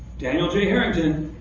daniel j. harrington,